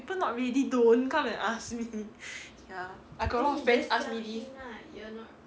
people not ready don't come and ask me ya I got a lot of friends asked me this